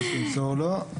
אז תמסור לו.